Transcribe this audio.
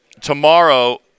Tomorrow